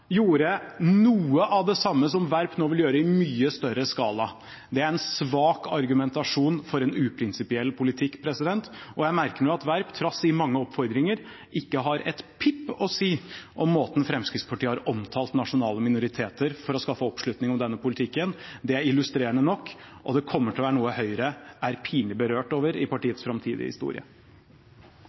gjorde noe av det samme som Werp nå vil gjøre i mye større skala. Det er en svak argumentasjon for en uprinsipiell politikk, og jeg merker meg at Werp, trass i mange oppfordringer, ikke har et pip å si om måten Fremskrittspartiet har omtalt nasjonale minoriteter på for å skaffe oppslutning om denne politikken. Det er illustrerende nok, og det kommer Høyre til å være pinlig berørt av i partiets framtidige historie.